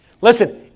Listen